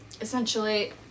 essentially